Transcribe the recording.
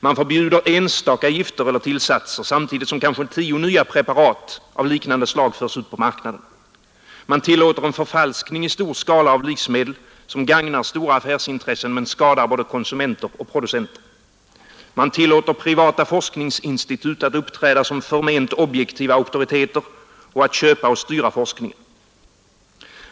Man förbjuder enstaka gifter eller tillsatser, samtidigt som kanske tio nya preparat av liknande slag förs ut på marknaden. Man tillåter en förfalskning i stor skala av livsmedel som gagnar stora affärsintressen men skadar både konsumenter och producenter. Man tillåter privata forskningsinstitut att uppträda som förment objektiva auktoriteter och att köpa och styra forskningen.